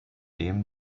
dem